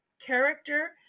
character